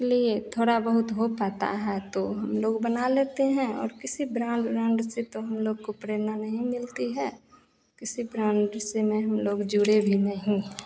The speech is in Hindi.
के लिए थोड़ा बहुत हो पाता है तो हमलोग बना लेते हैं और किसी ब्राण्ड उराण्ड से तो हम लोग को प्रेरणा नहीं मिलती है किसी ब्राण्ड से नहीं हम लोग जुड़े भी नहीं हैं